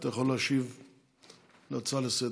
אתה יכול להשיב על ההצעה לסדר-היום.